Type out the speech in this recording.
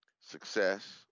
success